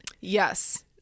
Yes